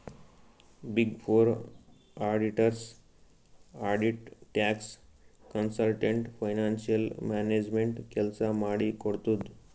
big four auditors audit, tax, consultant, financial management ಕೆಲ್ಸ ಮಾಡಿ ಕೊಡ್ತುದ್